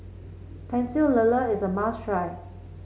Pecel Lele is a must try